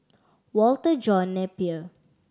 Walter John Napier